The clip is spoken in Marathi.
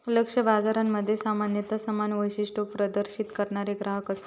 लक्ष्य बाजारामध्ये सामान्यता समान वैशिष्ट्ये प्रदर्शित करणारे ग्राहक असतत